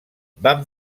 van